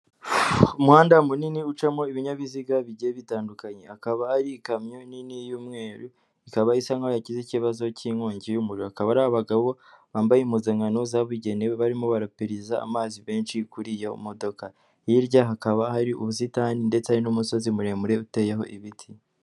Umuhanda munini ucamo ibinyabiziga bigiye bitandukanye, akaba ari ikamyo nini y'umweru, ikaba isa nk'aho yagize ikibazo cy'inkongi y'umuriro, akaba ari abagabo bambaye impuzankano zabugenewe barimo barapuriza amazi menshi kuri iyo modoka, hirya hakaba hari ubusitani ndetse n'umusozi muremure uteyeho ibiti.